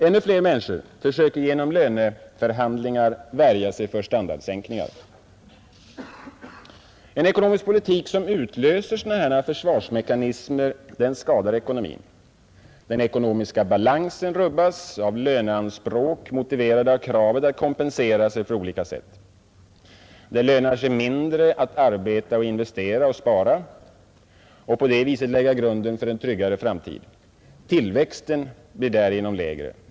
Ännu fler människor försöker genom löneförhandlingar värja sig mot standardsänkningar. 5; En ekonomisk politik som utlöser sådana försvarsmekanismer skadar ekonomin. Den ekonomiska balansen rubbas av löneanspråk motiverade av kravet att kompensera sig på olika sätt. Det lönar sig mindre att arbeta, investera och spara och på det viset lägga grunden för en tryggare framtid. Tillväxten blir därigenom lägre.